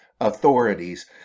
authorities